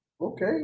Okay